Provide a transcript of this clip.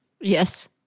Yes